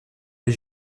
des